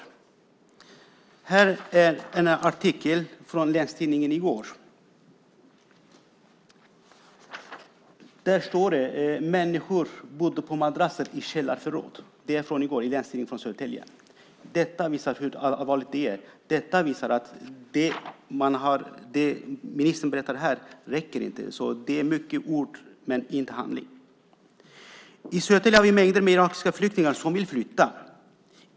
Jag visar här en artikel från Länstidningen Södertälje i går. Där står att människor bor på madrasser i källarförråd. Detta visar hur allvarligt det är. Det visar att det som ministern berättar här inte räcker. Det är mycket ord, men ingen handling. I Södertälje har vi mängder med irakiska flyktingar som vill flytta.